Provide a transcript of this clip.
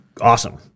awesome